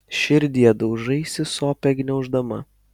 širdie daužaisi sopę gniauždama